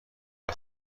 های